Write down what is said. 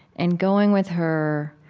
and going with her.